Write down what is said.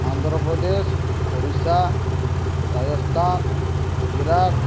Andhra Pradesh Odisha Rajasthan Gujarat